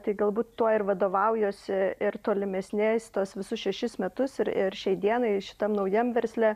tai galbūt tuo ir vadovaujuosi ir tolimesnės tuos visus šešis metus ir ir šiai dienai šitam naujam versle